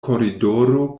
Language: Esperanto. koridoro